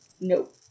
Nope